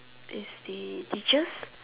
is the teachers